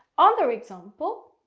other example,